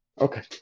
okay